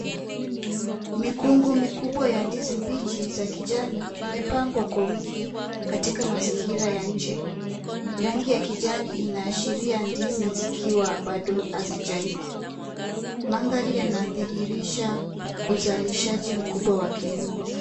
Mikungu mikubwa ya ndizi mbichi za kijani imepangwa kwa wingi katika mazingira ya nje. Rangi ya kijani inaashiria ndizi zikiwa bado hazijaiva. Mandhari inadhihirisha uzalishaji mkubwa wa kilimo.